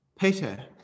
Peter